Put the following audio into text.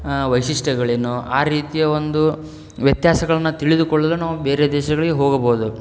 ವೈಶಿಷ್ಟ್ಯಗಳೇನು ಆ ರೀತಿಯ ಒಂದು ವ್ಯತ್ಯಾಸಗಳನ್ನು ತಿಳಿದುಕೊಳ್ಳಲು ನಾವು ಬೇರೆ ದೇಶಗಳಿಗೆ ಹೋಗಬೋದು